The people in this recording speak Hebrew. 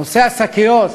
נושא השקיות,